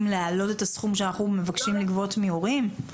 להעלות את הסכום שאנחנו מבקשים לגבות מהורים?